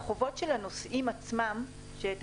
הפרק של חובות הנוסעים בטרמינל הנוסעים שעליו